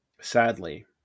sadly